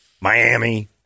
Miami